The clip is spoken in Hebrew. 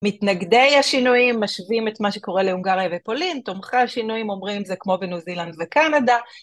מתנגדי השינויים משווים את מה שקורה להונגריה ופולין, תומכי השינויים אומרים זה כמו בניו זילנד וקנדה.